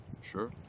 sure